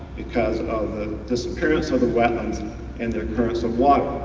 because of the disappearance of the wetlands and the occurrence of water.